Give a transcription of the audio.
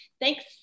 thanks